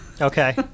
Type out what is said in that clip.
Okay